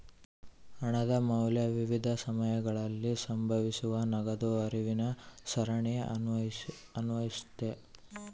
ಹಣದ ಮೌಲ್ಯ ವಿವಿಧ ಸಮಯಗಳಲ್ಲಿ ಸಂಭವಿಸುವ ನಗದು ಹರಿವಿನ ಸರಣಿಗೆ ಅನ್ವಯಿಸ್ತತೆ